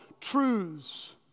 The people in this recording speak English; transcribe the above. truths